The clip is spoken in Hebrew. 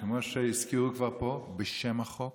כבר הזכירו פה, בשם החוק